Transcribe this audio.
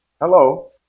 Hello